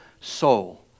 soul